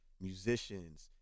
musicians